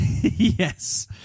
Yes